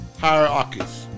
hierarchies